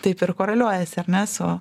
taip ir koreliuojasi ar ne su